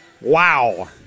Wow